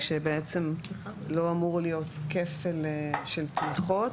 כשבעצם לא אמור להיות כפל של תמיכות.